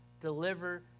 deliver